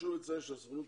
חשוב לציין שהסוכנות